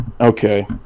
Okay